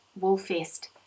Woolfest